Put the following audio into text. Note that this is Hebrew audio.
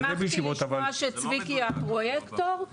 שמחתי לשמוע שצביקי הפרויקטור.